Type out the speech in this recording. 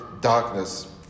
darkness